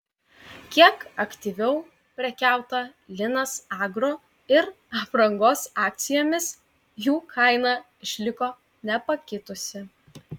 kiek aktyviau prekiauta linas agro ir aprangos akcijomis jų kaina išliko nepakitusi